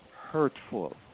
hurtful